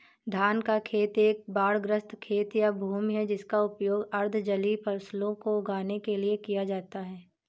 धान का खेत एक बाढ़ग्रस्त खेत या भूमि है जिसका उपयोग अर्ध जलीय फसलों को उगाने के लिए किया जाता है